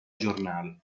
giornali